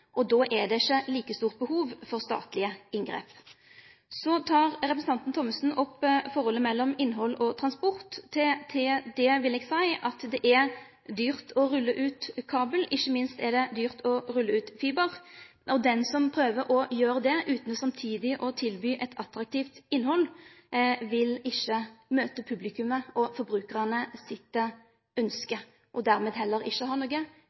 Då er det ikkje like stort behov for statlege inngrep. Så tek representanten Thommessen opp forholdet mellom innhald og transport. Til det vil eg seie at det er dyrt å rulle ut kabel, ikkje minst er det dyrt å rulle ut fiber. Han som prøver å gjere det utan samtidig å tilby eit attraktivt innhald, vil ikkje møte publikum og forbrukarane sine ønsker, og vil dermed heller ikkje ha noko